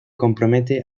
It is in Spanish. compromete